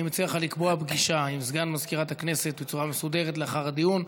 אני מציע לך לקבוע פגישה עם סגן מזכירת הכנסת בצורה מסודרת לאחר הדיון.